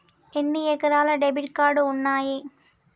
ఎన్ని రకాల debit card ఉన్నాయి?